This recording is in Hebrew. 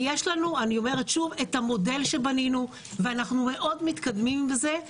יש לנו המודל שבנינו, ואנחנו מאוד מתקדמים בזה.